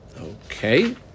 Okay